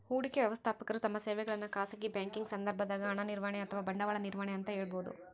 ಹೂಡಿಕೆ ವ್ಯವಸ್ಥಾಪಕರು ತಮ್ಮ ಸೇವೆಗಳನ್ನು ಖಾಸಗಿ ಬ್ಯಾಂಕಿಂಗ್ ಸಂದರ್ಭದಾಗ ಹಣ ನಿರ್ವಹಣೆ ಅಥವಾ ಬಂಡವಾಳ ನಿರ್ವಹಣೆ ಅಂತ ಹೇಳಬೋದು